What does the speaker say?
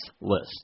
list